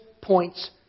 points